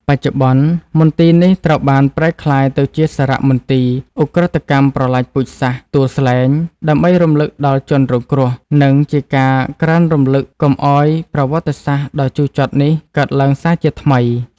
បច្ចុប្បន្ន មន្ទីរនេះត្រូវបានប្រែក្លាយទៅជាសារមន្ទីរឧក្រិដ្ឋកម្មប្រល័យពូជសាសន៍ទួលស្លែង ដើម្បីរំលឹកដល់ជនរងគ្រោះ និងជាការក្រើនរំលឹកកុំឱ្យប្រវត្តិសាស្ត្រដ៏ជូរចត់នេះកើតឡើងសាជាថ្មី។